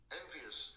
envious